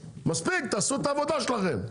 מספיק, תעשו את העבודה שלכם.